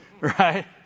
right